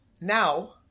now